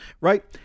right